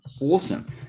Awesome